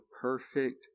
perfect